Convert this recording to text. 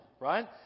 right